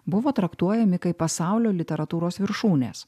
buvo traktuojami kaip pasaulio literatūros viršūnės